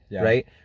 right